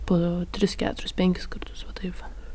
po tris keturis penkis kartus va taip va